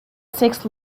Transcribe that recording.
sixth